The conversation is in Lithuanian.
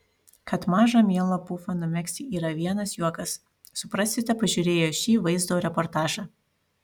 kad mažą mielą pufą numegzti yra vienas juokas suprasite pažiūrėję šį vaizdo reportažą